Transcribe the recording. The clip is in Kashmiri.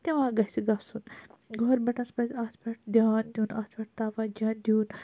تِما گَژھہِ گَژھن گورمیٚنٹَس پَزِ اَتھ پٮ۪ٹھ دیان دِیُن اَتھ پٮ۪ٹھ تَوَجَہ دِیُن